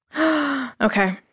Okay